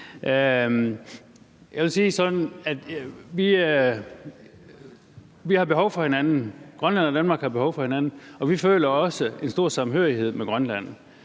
Grønland og Danmark har behov for hinanden, og vi føler også en stor samhørighed med Grønland.